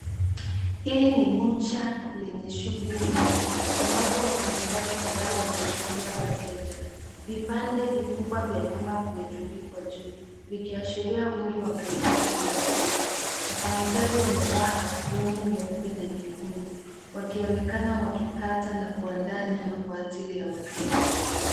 Hili ni bucha lenye wingi wa wateja, ambapo wafanyakazi wanashughulika na kuandaa nyama. Vipande vikubwa vya nyama vimewekwa juu, vikiashiria wingi wa bidhaa na ukubwa wake. Wafanyakazi wamevalia aproni nyeupe na nyekundu, wakionekana wakikata na kuandaa nyama kwa uangalifu